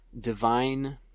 divine